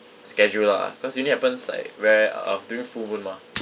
schedule lah cause it only happens like rare uh during full moon mah